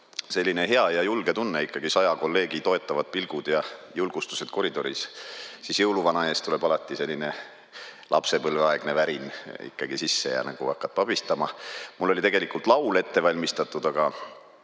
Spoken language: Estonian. selline hea ja julge tunne – ikkagi saja kolleegi toetavad pilgud ja julgustus koridoris –, siis jõuluvana ees tuleb ikka alati selline lapsepõlveaegne värin sisse ja hakkan nagu pabistama. Mul oli tegelikult laul ette valmistatud, aga